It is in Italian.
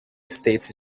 states